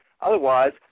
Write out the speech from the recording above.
Otherwise